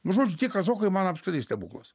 nu žodžiu tie kazokai man apskritai stebuklas